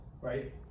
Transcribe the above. Right